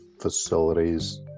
facilities